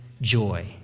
joy